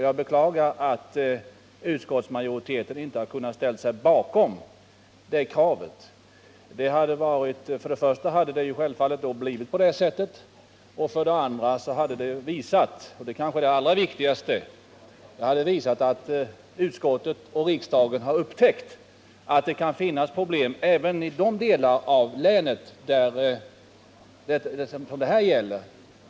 Jag beklagar att utskottsmajoriteten inte har kunnat ställa sig bakom centerns krav. För det första hade det då blivit på det sättet — kraven hade ju i så fall blivit tillgodosedda — och för det andra hade det visat, och det är inte minst viktigt, att utskottet och riksdagen har upptäckt att det kan finnas problem även i de delar av landet som det här gäller.